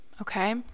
okay